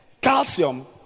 Calcium